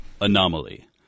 Anomaly